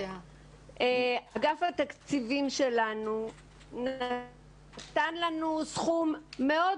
אגף התקציבים שלנו נתן לנו סכום מאוד